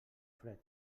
fred